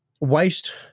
waste